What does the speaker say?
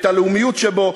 את הלאומיות שבו,